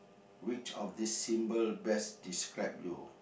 which of these symbol best describe you